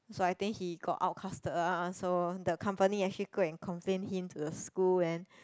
so I think he got outcasted lah so the company actually go and complain him to the school and